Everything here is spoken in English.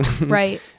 Right